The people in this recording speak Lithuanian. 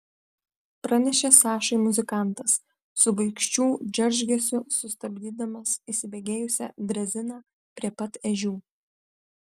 pranešė sašai muzikantas su baikščių džeržgesiu sustabdydamas įsibėgėjusią dreziną prie pat ežių